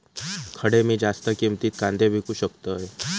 खडे मी जास्त किमतीत कांदे विकू शकतय?